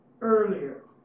earlier